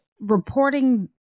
reporting